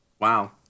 Wow